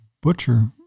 butcher